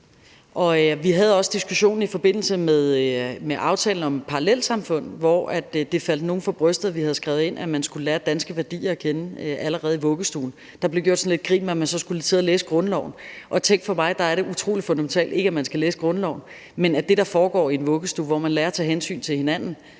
også diskussionen i forbindelse med aftalen om parallelsamfund, hvor det faldt nogle for brystet, at vi havde skrevet ind, at man skulle lære danske værdier at kende allerede i vuggestuen. Der blev gjort sådan lidt grin med, om man så skulle sidde og læse grundloven. Og tænk, for mig er det utrolig fundamentalt. Ikke at man skal læse grundloven, men at det, der foregår i en vuggestue – hvor børnene lærer at tage hensyn til hinanden